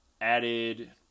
added